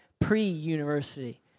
pre-university